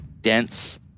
dense